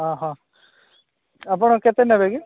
ଓହୋ ଆପଣ କେତେ ନେବେ କି